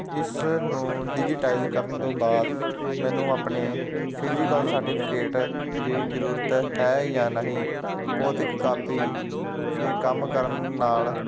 ਇਸ ਨੂੰ ਡਿਜੀਟਾਈਜ ਕਰਨ ਤੋਂ ਬਾਅਦ ਮੈਨੂੰ ਆਪਣੇ ਫਿਜੀਕਲ ਸਰਟੀਫਿਕੇਟ ਦੀ ਜ਼ਰੂਰਤ ਹੈ ਜਾਂ ਨਹੀਂ ਭੌਤਿਕ ਕਾਪੀ ਦੇ ਕੰਮ ਕਰਨ ਨਾਲ